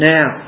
Now